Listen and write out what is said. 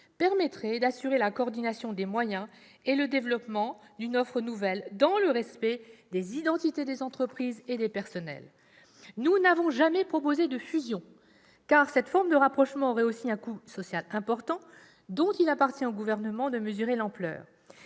permettrait d'assurer la coordination des moyens et le développement d'une offre nouvelle dans le respect des identités des entreprises et des personnels. Nous n'avons jamais proposé de fusion, car cette forme de rapprochement aurait aussi un coût social important, dont il appartient au Gouvernement de mesurer l'ampleur.